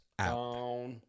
out